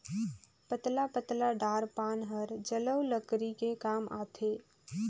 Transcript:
पतला पतला डार पान हर जलऊ लकरी के काम आथे